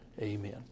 Amen